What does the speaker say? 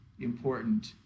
important